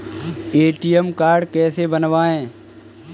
ATM card कैसे बनवाएँ?